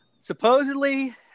Supposedly